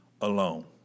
alone